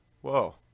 Whoa